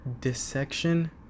dissection